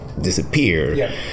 disappear